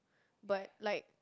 but like